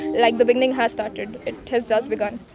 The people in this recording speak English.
like, the beginning has started. it has just begun